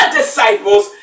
disciples